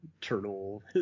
turtle